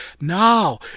Now